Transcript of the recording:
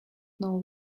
know